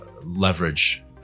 leverage